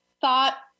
thought